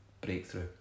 breakthrough